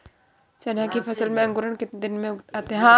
चना की फसल में अंकुरण कितने दिन में आते हैं?